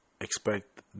expect